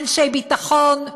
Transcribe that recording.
אנשי ביטחון,